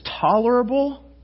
tolerable